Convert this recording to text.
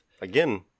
Again